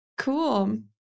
cool